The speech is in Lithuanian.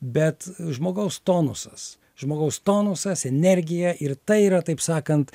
bet žmogaus tonusas žmogaus tonusas energija ir tai yra taip sakant